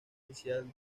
inicial